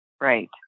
Right